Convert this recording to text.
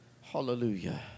hallelujah